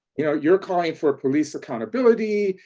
you know, you're calling for police accountability,